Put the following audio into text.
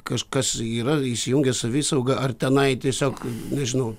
kažkas yra įsijungia savisauga ar tenai tiesiog nežinau